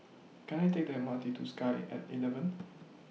Can I Take The M R T to Sky At eleven